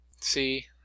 See